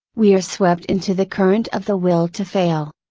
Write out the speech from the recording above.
we are swept into the current of the will to fail.